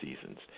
seasons